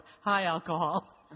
high-alcohol